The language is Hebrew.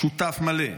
שותף מלא,